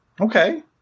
Okay